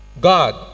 God